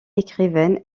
écrivaine